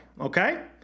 Okay